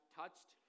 touched